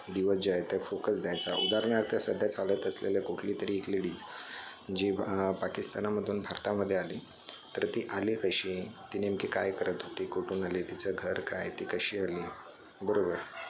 दिवस जे आहे ते फोकस द्यायचा उदाहरणार्थ सध्या चालत असलेले कुठली तरी एक लेडीज जी ब पाकिस्तानामधून भारतामध्ये आली तर ती आली कशी ती नेमकी काय करत होती कुठुन आली तिचं घर काय ती कशी आली बरोबर